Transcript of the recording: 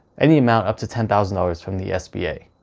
any amount up to ten thousand dollars from the sba.